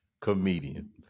Comedian